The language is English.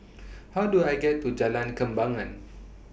How Do I get to Jalan Kembangan